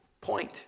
point